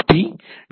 B மற்றும் D